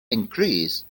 increase